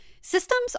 systems